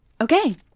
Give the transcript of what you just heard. Okay